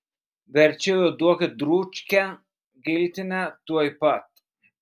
verčiau jau duokit dručkę giltinę tuoj pat